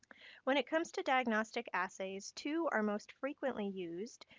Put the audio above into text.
when it comes to diagnostic assays, two are most frequently used,